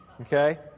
Okay